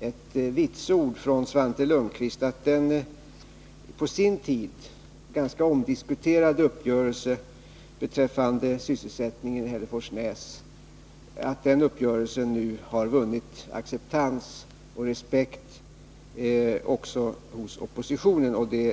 ett vitsord från Svante Lundkvist, att den på sin tid från socialdemokraternas sida ganska omdiskuterade uppgörelsen beträffande sysselsättningen i Hälleforsnäs nu har accepterats och vunnit respekt också hos oppositionen.